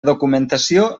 documentació